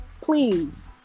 Please